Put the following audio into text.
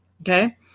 okay